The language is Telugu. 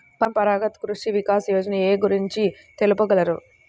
పరంపరాగత్ కృషి వికాస్ యోజన ఏ గురించి తెలుపగలరు?